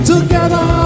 Together